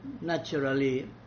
naturally